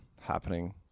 happening